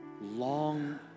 long